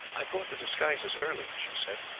i brought the disguises early, she said,